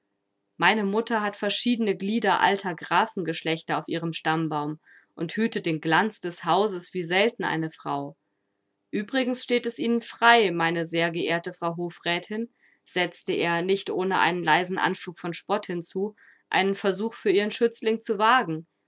meine mutter hat verschiedene glieder alter grafengeschlechter auf ihrem stammbaum und hütet den glanz des hauses wie selten eine frau uebrigens steht es ihnen frei meine sehr geehrte frau hofrätin setzte er nicht ohne einen leisen anflug von spott hinzu einen versuch für ihren schützling zu wagen